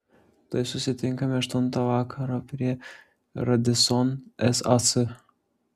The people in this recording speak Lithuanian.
tai susitinkame aštuntą vakaro prie radisson sas